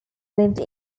lived